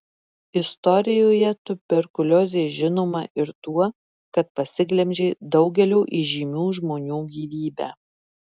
istorijoje tuberkuliozė žinoma ir tuo kad pasiglemžė daugelio įžymių žmonių gyvybę